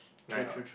right not